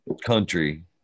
country